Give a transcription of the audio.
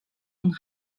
und